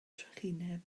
trychineb